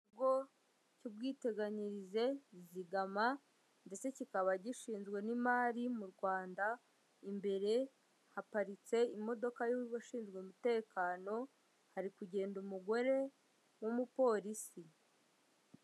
Ikigo cy'ubwiteganyirize mu kuzigama ndetse kikaba gishinzwe n'imari mu rwanda imbere haparitse imodoka y'abashinzwe umutekano hari kugenda umugore w'umupolisi.